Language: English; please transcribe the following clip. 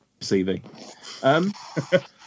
CV